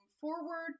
Forward